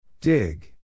Dig